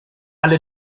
alle